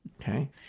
Okay